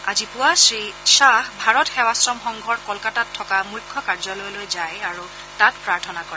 আজি পুৱা শ্ৰী খাহে ভাৰত সেৱাশ্ৰম সংঘৰ কলকাতাত থকা মুখ্য কাৰ্যালয়লৈ যায় আৰু তাত প্ৰাৰ্থনা কৰে